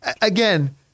again